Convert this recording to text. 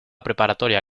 preparatoria